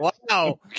Wow